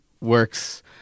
works